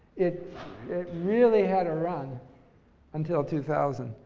it it really had a run until two thousand,